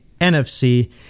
NFC